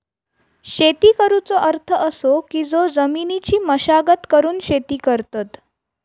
शेती करुचो अर्थ असो की जो जमिनीची मशागत करून शेती करतत